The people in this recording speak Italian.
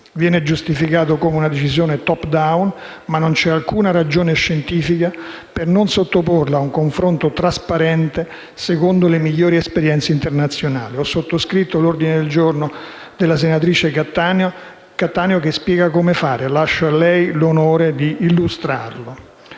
viene giustificato come una decisione *top-down*. Non c'è, però, alcuna ragione scientifica per non sottoporla a un confronto trasparente secondo le migliori esperienze internazionali. Ho sottoscritto l'ordine del giorno G2.1 della senatrice Cattaneo che spiega come fare, e lascio a lei l'onore di illustrarlo.